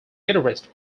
guitarist